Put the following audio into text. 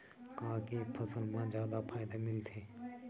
का के फसल मा जादा फ़ायदा मिलथे?